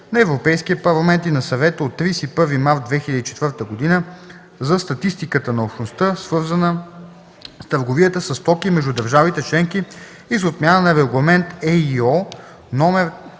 на Европейския парламент и на Съвета от 31 март 2004 г. за статистиката на Общността, свързана с търговията със стоки между държавите членки, и за отмяна на Регламент (ЕИО) №